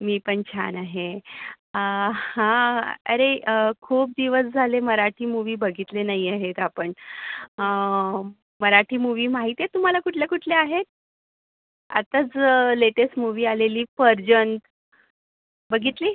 मी पण छान आहे हां अरे खूप दिवस झाले मराठी मूव्ही बघितले नाही आहेत आपण मराठी मूव्ही माहिती आहे तुम्हाला कुठल्या कुठल्या आहेत आत्ताच लेटेस्ट मूव्ही आलेली फर्जंद बघितली